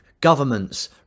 governments